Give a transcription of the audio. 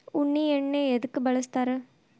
ಉಣ್ಣಿ ಎಣ್ಣಿ ಎದ್ಕ ಬಳಸ್ತಾರ್?